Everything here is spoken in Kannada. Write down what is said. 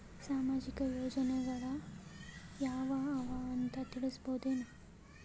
ಸಾಮಾಜಿಕ ಯೋಜನೆಗಳು ಯಾವ ಅವ ಅಂತ ತಿಳಸಬಹುದೇನು?